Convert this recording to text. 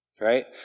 right